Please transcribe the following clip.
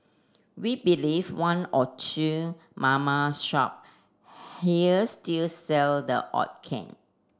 we believe one or two mama shop here still sell the odd can